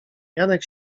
janek